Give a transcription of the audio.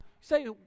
Say